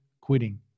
quitting